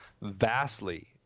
vastly